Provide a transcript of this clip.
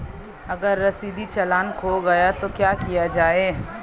अगर रसीदी चालान खो गया तो क्या किया जाए?